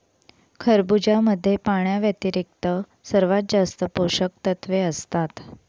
खरबुजामध्ये पाण्याव्यतिरिक्त सर्वात जास्त पोषकतत्वे असतात